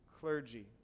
clergy